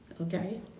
Okay